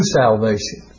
salvation